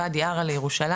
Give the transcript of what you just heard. ואדי ערה לירושלים?